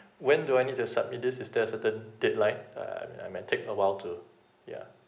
when do I need to submit this is there a certain deadline I I mean I might take a while to yeah